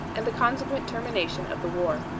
and the consequent termination of the war.